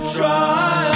try